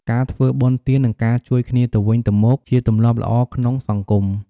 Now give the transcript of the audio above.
ការធ្វើបុណ្យទាន និងការជួយគ្នាទៅវិញទៅមកជាទម្លាប់ល្អក្នុងសង្គម។